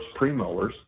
premolars